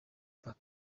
park